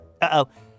Uh-oh